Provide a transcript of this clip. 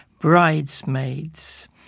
Bridesmaids